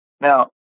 Now